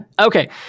Okay